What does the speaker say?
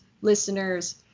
listeners